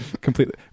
completely